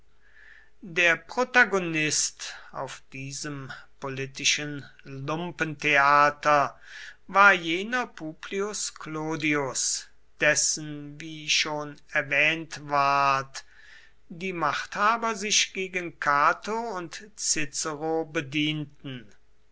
der protagonist auf diesem politischen lumpentheater war jener publius clodius dessen wie schon erwähnt ward die machthaber sich gegen cato und cicero bedienten